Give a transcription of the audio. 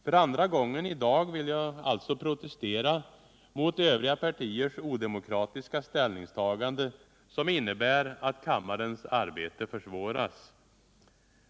För andra gången i dag vill jag alltså protestera mot övriga partiers odemokratiska ställningstagande, som innebär att kammarens arbete försvåras.